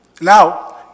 Now